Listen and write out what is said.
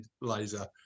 laser